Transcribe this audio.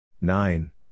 nine